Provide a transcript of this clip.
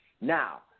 Now